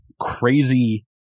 crazy